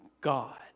God